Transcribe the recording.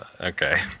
Okay